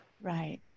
right